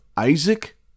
Isaac